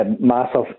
massive